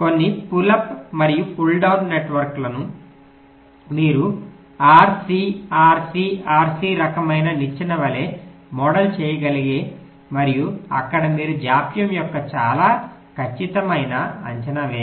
కొన్ని pull up మరియు pull down నెట్వర్క్ను మీరు R C R C R C రకమైన నిచ్చెన వలె మోడల్ చేయగలిగే మరియు అక్కడ మీరు జాప్యం యొక్క చాలా ఖచ్చితమైన అంచనా వేయవచ్చు